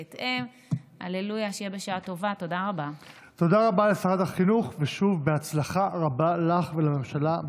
בהתאם לסמכותה לפי סעיף 31(ד) לחוק-יסוד: הממשלה,